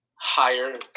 higher